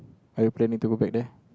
are you planning to go back there